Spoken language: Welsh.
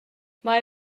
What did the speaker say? mae